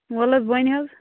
وَلہٕ حظ بَنہِ حظ